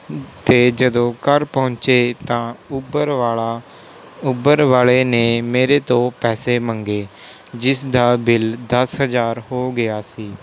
ਅਤੇ ਜਦੋਂ ਘਰ ਪਹੁੰਚੇ ਤਾਂ ਊਬਰ ਵਾਲਾ ਊਬਰ ਵਾਲੇ ਨੇ ਮੇਰੇ ਤੋਂ ਪੈਸੇ ਮੰਗੇ ਜਿਸ ਦਾ ਬਿੱਲ ਦਸ ਹਜ਼ਾਰ ਹੋ ਗਿਆ ਸੀ